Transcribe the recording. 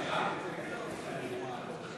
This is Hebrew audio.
הוועדה לאנרגיה אטומית,